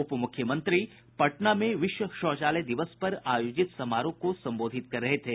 उपमुख्यमंत्री पटना में विश्व शौचालय दिवस पर आयोजित समारोह को संबोधित कर रहे थे